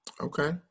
okay